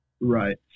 right